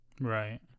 Right